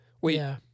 Wait